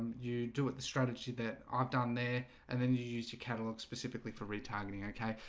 you do it the strategy that i've done there and then you used your catalog specifically for retargeting okay,